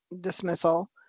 dismissal